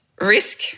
risk